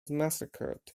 massacred